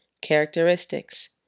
characteristics